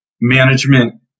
Management